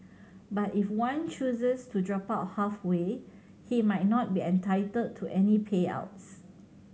but if one chooses to drop out halfway he might not be entitled to any payouts